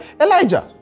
Elijah